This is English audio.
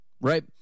right